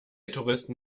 touristen